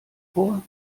vor